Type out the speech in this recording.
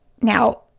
Now